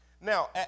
Now